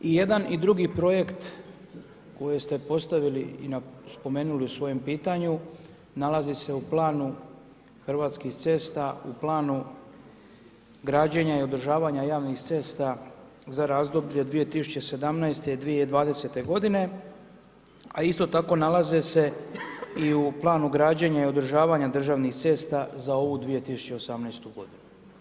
I jedan i drugi projekt koji ste postavili i spomenuli u svojem pitanju nalazi se u planu Hrvatskih cesta, u planu građenja i održavanja javnih cesta za razdoblje 2017./2020. godine, a isto tako nalaze se i u planu građenja i održavanja državnih cesta za ovu 2018. godinu.